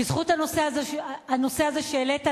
בזכות הנושא הזה שהעלית,